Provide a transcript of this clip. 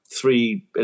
three